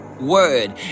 word